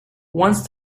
once